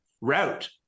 route